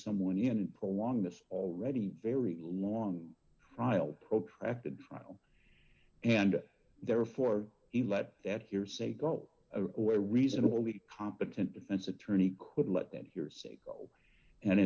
someone in prolong this already very long trial protracted trial and therefore he let that hearsay go away a reasonably competent defense attorney could let that hearsay go and